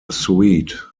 suede